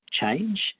change